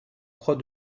croix